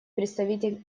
представитель